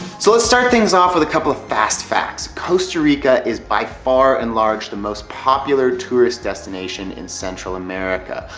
so let's start things off with a couple of fast facts costa rica is by far and large the most popular tourist destination in central america.